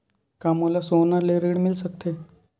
का मोला सोना ले ऋण मिल सकथे?